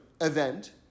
event